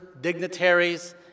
dignitaries